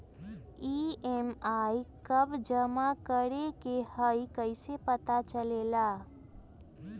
EMI कव जमा करेके हई कैसे पता चलेला?